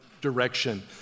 direction